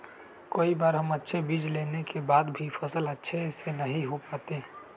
कई बार हम अच्छे बीज लेने के बाद भी फसल अच्छे से नहीं हो पाते हैं?